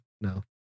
no